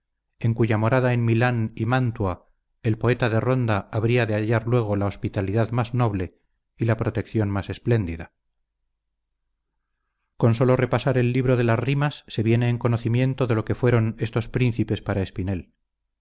en cuya morada en milán y mántua el poeta de ronda habría de hallar luego la hospitalidad más noble y la protección más espléndida con solo repasar el libro de las rimas se viene en conocimiento de lo que fueron estos príncipes para espinel